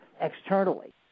externally